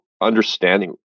understanding